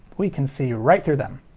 we can see right through them.